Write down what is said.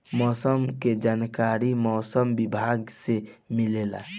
मौसम के जानकारी मौसम विभाग से मिलेला?